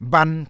Ban